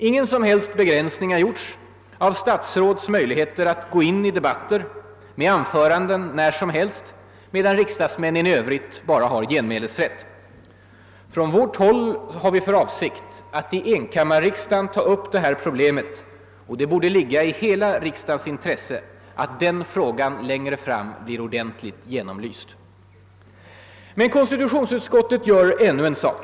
Ingen som helst begränsning har gjorts av statsråds möjligheter att gå in i debatter med anföranden när som helst, medan riksdagsmän i Övrigt bara har genmälesrätt. Från vårt håll har vi för avsikt att i enkammarriksdagen ta upp detta problem. Och det borde ligga i hela riksdagens intresse att den frågan längre fram blir ordentligt genomlyst. Men konstitutionsutskottet gör ännu en sak.